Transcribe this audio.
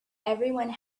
everyone